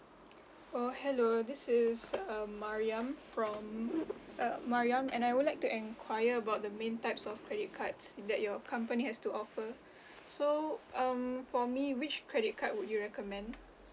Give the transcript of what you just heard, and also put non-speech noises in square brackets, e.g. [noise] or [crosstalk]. oh hello this is um mariam from mm uh mariam and I would like to enquire about the main types of credit cards that your company has to offer [breath] so um for me which credit card would you recommend